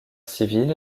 civil